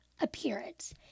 appearance